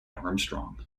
armstrong